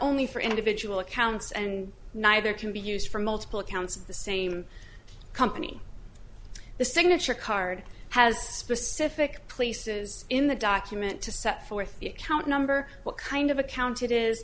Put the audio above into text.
only for individual accounts and neither can be used for multiple accounts of the same company the signature card has specific places in the document to set forth the account number what kind of account it is